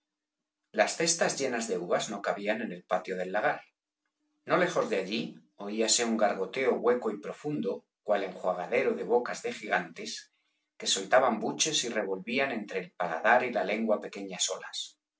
las cestas llenas de uvas no cabían en el patio del lagar no lejos de allí oíase un gargoteo hueco y profundo cual enjuagadero de bocas de gigantes que soltaban buches y revolvían entre el paladar y la lengua pequeñas olas